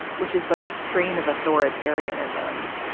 which is like a strain of authoritarianism.